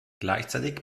gleichzeitig